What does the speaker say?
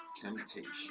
Temptation